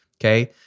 okay